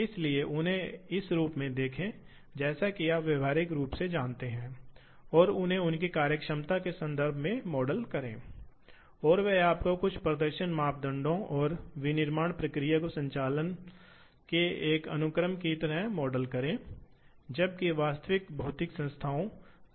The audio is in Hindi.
कम से कम कर रहे हैं और उन्हें कम से कम किया जा सकता है वे वास्तव में इंजीनियरिंग डिजाइन द्वारा कम से कम कर रहे हैं और जो भी अवशेष हैं उन्हें इन मशीनों में ज्यादातर मुआवजा दिया जा सकता है